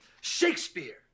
Shakespeare